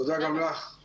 תודה גם לך, אושרה.